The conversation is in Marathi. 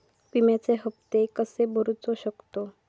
विम्याचे हप्ते कसे भरूचो शकतो?